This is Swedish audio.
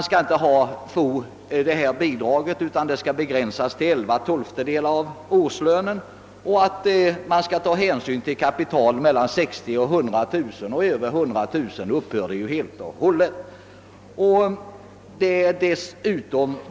Sålunda skall bidraget begränsas till 11/;> av årslönen, och hänsyn skall dessutom tas till om det finns förmögenhet som uppgår till mellan 60000 och 100 000 kronor. Överstiger förmögenheten 100000 kronor utgår inget bidrag.